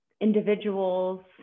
individuals